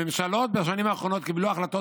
הממשלות בשנים האחרונות קיבלו החלטות